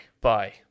Bye